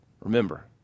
Remember